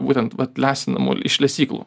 būtent vat lesinamų iš lesyklų